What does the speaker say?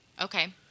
Okay